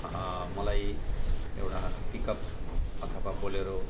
मलाई एउटा पिकअप अथवा बोलेरो